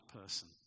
person